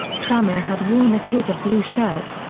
tranmere had worn a kit of blue shirts,